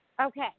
Okay